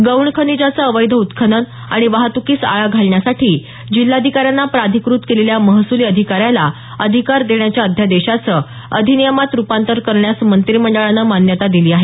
गौण खनिजाचं अवैध उत्खनन आणि वाहत्कीस आळा घालण्यासाठी जिल्हाधिकाऱ्यांनी प्राधिकृत केलेल्या महसुली अधिकाऱ्याला अधिकार देण्याच्या अध्यादेशाचं अधिनियमात रुपांतर करण्यास मंत्रिमंडळानं मान्यता दिली आहे